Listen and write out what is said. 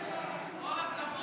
כל הכבוד